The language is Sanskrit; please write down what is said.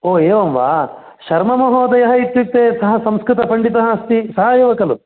ओ एवं वा शर्ममहोदयः इत्युक्ते सः संस्कृतपण्डितः अस्ति स एव खलु